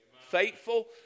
Faithful